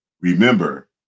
remember